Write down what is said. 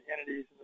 entities